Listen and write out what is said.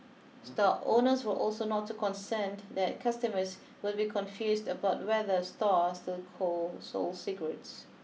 store owners were also not too concerned that customers would be confused about whether store still cold sold cigarettes